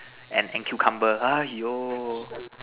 and and cucumber !aiyo!